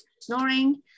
snoring